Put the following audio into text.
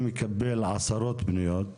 אני מקבל עשרות פניות.